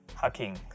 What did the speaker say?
hacking